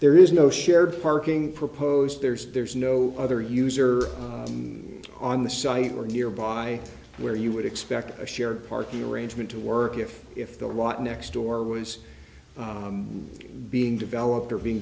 there is no shared parking proposed there's there's no other user on the site or nearby where you would expect a shared party arrangement to work if if the lot next door was being developed or being